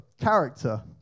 Character